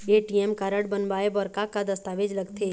ATM card बनवाए बर का का दस्तावेज लगथे?